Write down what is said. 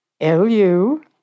L-U